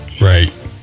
right